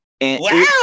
Wow